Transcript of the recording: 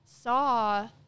saw